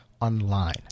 online